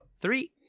Three